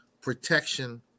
protection